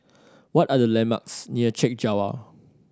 what are the landmarks near Chek Jawa